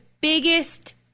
biggest